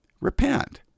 repent